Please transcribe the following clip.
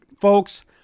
Folks